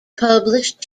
published